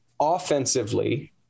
offensively